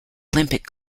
olympic